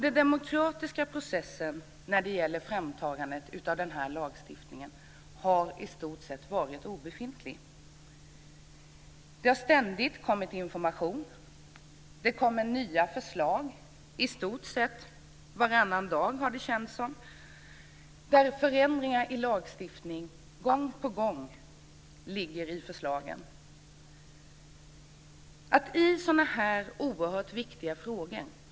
Den demokratiska processen när det gäller framtagandet av denna lagstiftning har i stort sett varit obefintlig. Det har ständigt kommit information. Det kommer nya förslag i stort sett varannan dag, har det känts som. Förslagen innebär gång på gång förändringar i lagstiftningen.